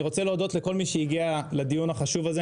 אני רוצה להודות לכל מי שהגיע לדיון החשוב הזה.